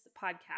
podcast